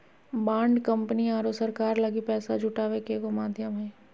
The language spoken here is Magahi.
बॉन्ड कंपनी आरो सरकार लगी पैसा जुटावे के एगो माध्यम हइ